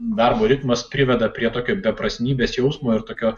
darbo ritmas priveda prie tokio beprasmybės jausmo ir tokio